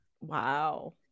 Wow